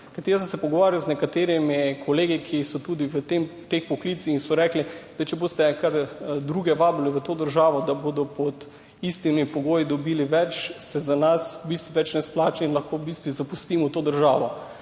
jaz sem se pogovarjal z nekaterimi kolegi, ki so tudi v teh poklicih in so rekli, zdaj če boste kar druge vabili v to državo, da bodo pod istimi pogoji dobili več, se za nas v bistvu več ne splača in lahko v bistvu zapustimo to državo.